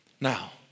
Now